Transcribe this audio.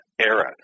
era